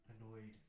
annoyed